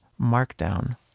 markdown